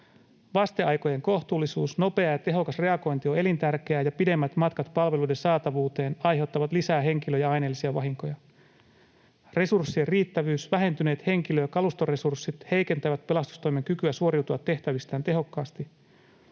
Vasteaikojen kohtuullisuus: ”Nopea ja tehokas reagointi ovat elintärkeitä, ja pidemmät matkat palveluiden saatavuuteen aiheuttavat lisää henkilö- ja aineellisia vahinkoja.” Resurssien riittävyys: ”Vähentyneet henkilö- ja kalustoresurssit heikentävät pelastustoimen kykyä suoriutua tehtävistään tehokkaasti.”